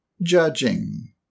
judging